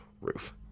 roof